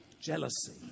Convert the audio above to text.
jealousy